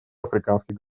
африканских